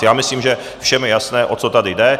Já myslím, že všem je jasné, o co tady jde.